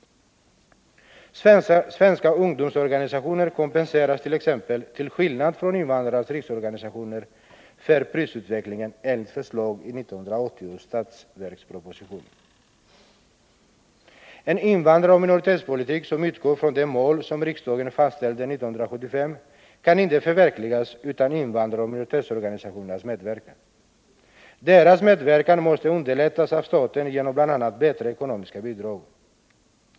Svenska ungdomsorganisationer kompenseras t.ex. till skillnad från invandrarnas riksorganisationer för prisutvecklingen enligt förslag i 1980 års budgetproposition. En invandraroch minoritetspolitik som utgår från de mål som riksdagen fastställde 1975 kan inte förverkligas utan invandraroch minoritetsorganisationernas medverkan. Deras medverkan måste underlättas av staten genom bl.a. bättre ekonomiska bidrag.